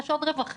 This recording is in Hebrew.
יש עוד רווחים,